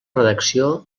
redacció